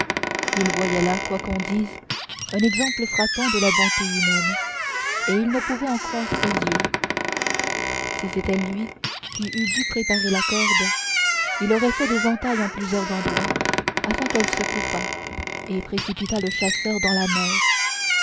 il voyait là quoi qu'on dise un exemple frappant de la bonté humaine et il ne pouvait en croire ses yeux si c'était lui qui eût dû préparer la corde il aurait fait des entailles en plusieurs endroits afin qu'elle se coupât et précipitât le chasseur dans la mer